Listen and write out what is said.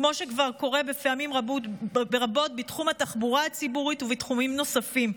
כמו שכבר קורה פעמים רבות בתחום התחבורה הציבורית ובתחומים נוספים.